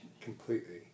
Completely